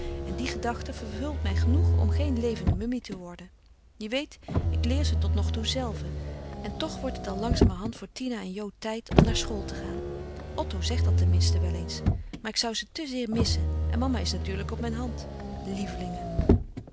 en die gedachte vervult mij genoeg om geen levende mummie te worden je weet ik leer ze totnogtoe zelve en toch wordt het al langzamerhand voor tina en jo tijd om naar school te gaan otto zegt dat ten minste wel eens maar ik zou ze te zeer missen en mama is natuurlijk op mijn hand lievelingen